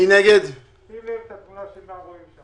הנושא שמונח על שולחנכם הוא אחד ממסכת שלמה של אישורים,